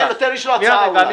תן לו, יש לו הצעה אולי.